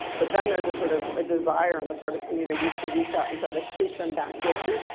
but then there's a sort of desire on the part of communities to reach out and try to scoop them back in,